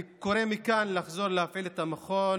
אני קורא מכאן לחזור להפעיל את מכון